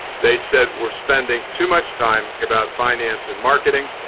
they said we're spending too much time about finance and marketing.